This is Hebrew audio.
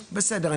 בסדר.